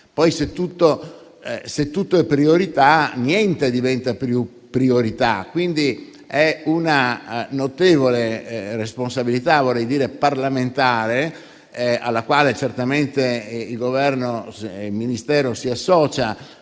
Poi, se tutto è priorità, niente diventa più priorità, quindi è una notevole responsabilità, vorrei dire parlamentare, alla quale certamente il Governo e il Ministero si associano,